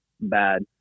bad